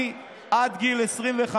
עד גיל 25,